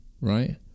Right